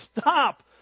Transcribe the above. Stop